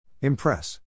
Impress